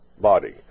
body